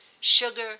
sugar